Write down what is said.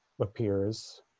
appears